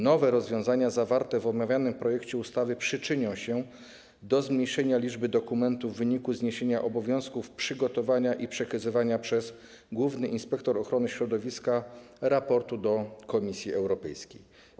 Nowe rozwiązania zawarte w omawianym projekcie ustawy przyczynią się do zmniejszenia liczby dokumentów w wyniku zniesienia obowiązków przygotowania i przekazywania przez głównego inspektora ochrony środowiska raportu do Komisji Europejskiej.